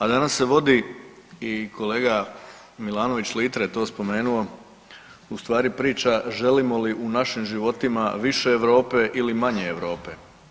A danas se vodi i kolega Milanović Litre je to spomenuo, u stvari priča želimo li u našim životima više Europe ili manje Europe?